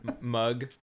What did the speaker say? Mug